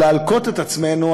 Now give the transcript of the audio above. להלקות את עצמנו,